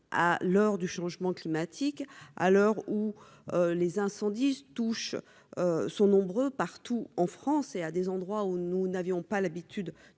à l'heure du changement climatique à l'heure où les incendies touchent sont nombreux partout en France et à des endroits où nous n'avions pas l'habitude